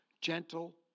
gentle